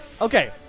Okay